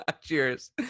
Cheers